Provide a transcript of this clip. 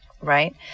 right